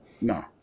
No